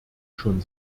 schon